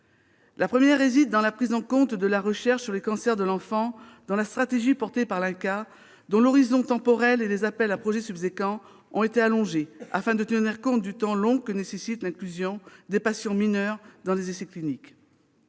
La première consiste en la prise en compte de la recherche sur les cancers de l'enfant dans la stratégie portée par l'INCa, dont l'horizon temporel et les appels à projets subséquents ont été allongés, afin de tenir compte du temps long que nécessite l'inclusion des patients mineurs dans les essais cliniques.